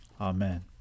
Amen